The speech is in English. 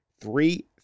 three